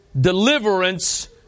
Deliverance